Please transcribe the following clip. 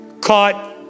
caught